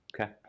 Okay